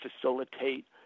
facilitate